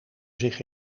zich